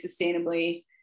sustainably